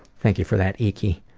thank you for that eeky.